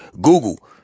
Google